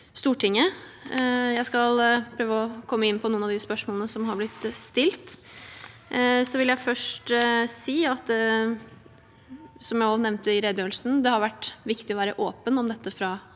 Stortinget. Jeg skal prøve å komme inn på noen av de spørsmålene som er blitt stilt. Jeg vil først si, som jeg også nevnte i redegjørelsen, at det har vært viktig å være åpen om dette fra start.